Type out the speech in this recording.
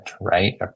right